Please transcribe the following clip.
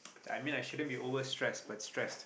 I mean I shouldn't be over stress but stressed